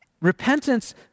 Repentance